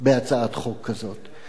בהצעת חוק כזאת,